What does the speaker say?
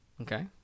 okay